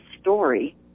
story